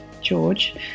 George